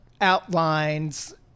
outlines